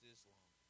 Islam